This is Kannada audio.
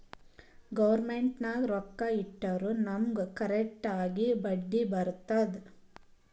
ಗೌರ್ಮೆಂಟ್ ನಾಗ್ ರೊಕ್ಕಾ ಇಟ್ಟುರ್ ನಮುಗ್ ಕರೆಕ್ಟ್ ಆಗಿ ಬಡ್ಡಿ ಬರ್ತುದ್